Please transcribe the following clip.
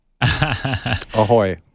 Ahoy